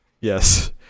Yes